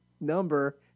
number